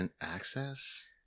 access